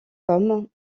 comme